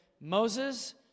Moses